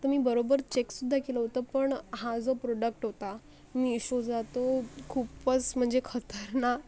तर मी बरोबर चेकसुद्धा केलं होतं पण हा जो प्रोडक्ट होता मीशोचा तो खूपच म्हणजे खतरनाक